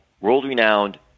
world-renowned